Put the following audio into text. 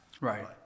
Right